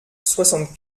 soixante